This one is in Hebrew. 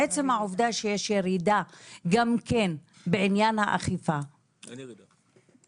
עצם העובדה שיש ירידה גם כן בעניין האכיפה --- אין ירידה.